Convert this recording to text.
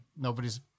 nobody's